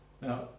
Now